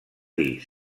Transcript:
dir